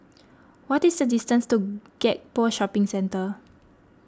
what is the distance to Gek Poh Shopping Centre